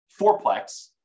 fourplex